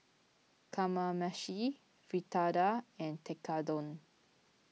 Kamameshi Fritada and Tekkadon